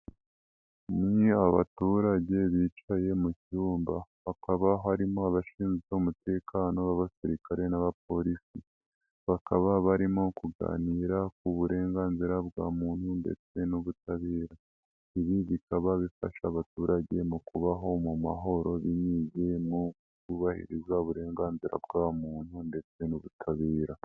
Iyo abaturage bicaye mu cyumba hakaba harimo abashinzwe umutekano b'abasirikare n'abapolisi, bakaba barimo kuganira ku burenganzira bwa muntu ndetse n'ubutabera, ibi bikaba bifasha abaturage mu kubaho mu mahoro binyuze mu kubahiriza uburenganzira bwa muntu ndetse n'ubutabera.